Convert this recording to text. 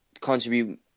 contribute